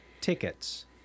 tickets